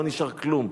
לא נשאר כלום.